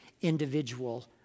individual